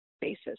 basis